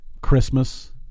Christmas